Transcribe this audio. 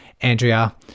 Andrea